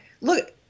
look